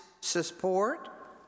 Support